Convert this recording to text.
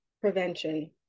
Prevention